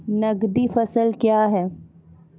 नगदी फसल क्या हैं?